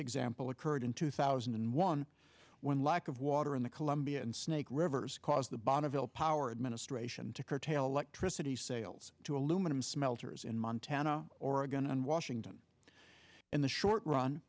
example occurred in two thousand and one when lack of water in the columbia and snake rivers caused the bonneville power administration to curtail electricity sales to aluminum smelters in montana oregon and why in the short run